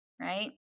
right